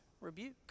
rebuke